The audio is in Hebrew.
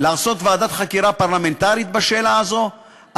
להקים ועדת חקירה פרלמנטרית בשאלה הזאת,